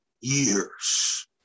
years